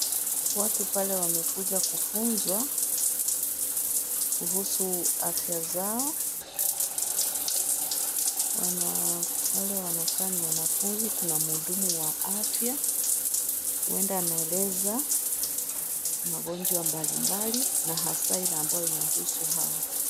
Watu pale wamekuja kufunzwa kuhusu afya zao, wana wale wanakaa ni wanafunzi, kuna mhudumu wa afya, huenda anaeleza, magonjwa mbalimbali, na hasa ile ambayo inahusu hawa.